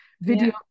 video